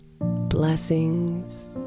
blessings